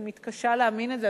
אני מתקשה להאמין לזה,